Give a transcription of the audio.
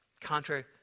Contrary